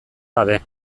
gabe